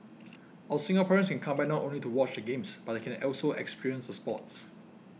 our Singaporeans can come by not only to watch the Games but they can also experience the sports